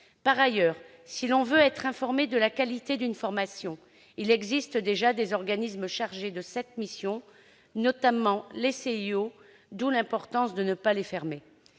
formation. Si l'on veut être informé de la qualité d'une formation, il existe déjà des organismes chargés de cette mission, notamment les CIO, d'où l'importance de ne pas les fermer.